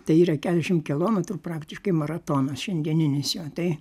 tai yra keturiasdešimt kilometrų praktiškai maratonas šiandieninis jo tai